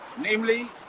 namely